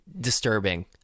disturbing